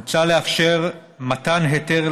מוצע לאפשר מתן היתר,